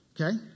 okay